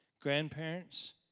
Grandparents